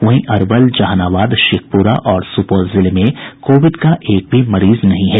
वहीं अरवल जनाहाबाद शेखुपरा और सुपौल जिले में कोविड का एक भी मरीज नहीं है